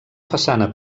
façana